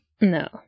No